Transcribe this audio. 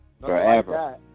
Forever